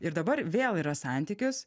ir dabar vėl yra santykis